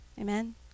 Amen